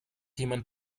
jemand